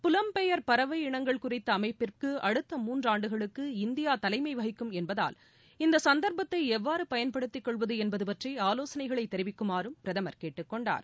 புலம்பெயர் பறவை இனங்கள் குறித்த அமைப்பிற்கு அடுத்த மூன்று ஆண்டுகளுக்கு இந்தியா தலைமை வகிக்கும் என்பதால் இந்த சந்தா்ப்பத்தை எவ்வாறு பயன்படுத்தி கொள்வது என்பது பற்றி ஆலோசனைகள் தெிவிக்குமாறும் பிரதமர் கேட்டுக் கொண்டார்